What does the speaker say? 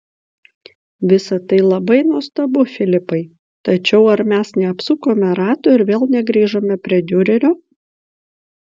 visa tai labai nuostabu filipai tačiau ar mes neapsukome rato ir vėl negrįžome prie diurerio